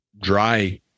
dry